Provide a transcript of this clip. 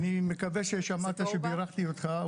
אני מקווה ששמעת שבירכת אותך,